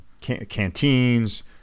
canteens